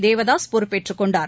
தேவதாஸ் பொறுப்பேற்றுக் கொண்டார்